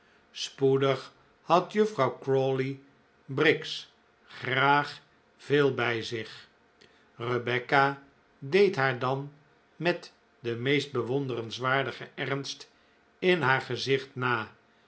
spoedig had juffrouw crawley briggs graag veel bij zich rebecca deed haar dan met den meest bewonderenswaardigen ernst in haar gezicht na